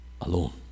alone